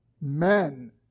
men